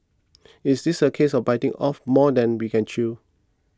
is this a case of biting off more than we can chew